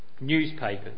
newspapers